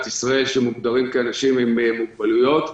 ישראל שמוגדרים כאנשים עם מוגבלויות.